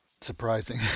surprising